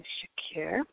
Shakir